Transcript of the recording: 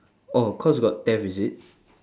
oh cause got theft is it